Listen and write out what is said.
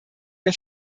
der